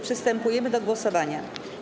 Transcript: Przystępujemy do głosowania.